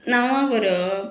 नांवां बरोवप